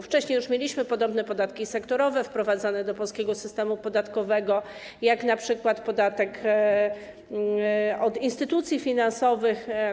Wcześniej już mieliśmy podobne podatki sektorowe wprowadzone do polskiego systemu podatkowego, jak np. podatek od instytucji finansowych.